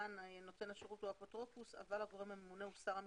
כאן נותן השירות הוא האפוטרופוס הכללי אבל הגורם הממונה הוא שר המשפטים,